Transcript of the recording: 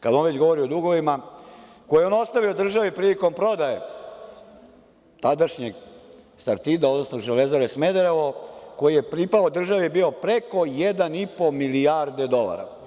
Dug, kad on već govori o dugovima, koji je on ostavio državi prilikom prodaje tadašnjeg „Sartida“, odnosno „Železare Smederevo“, koji je pripao državi je bio preko 1,5 milijardi dolara.